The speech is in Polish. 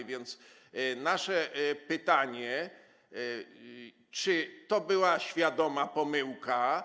A więc nasze pytanie: Czy to była świadoma pomyłka?